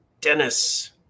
Dennis